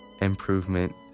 improvement